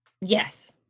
Yes